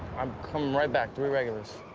i'm coming right back, three regulars.